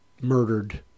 murdered